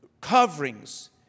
coverings